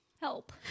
Help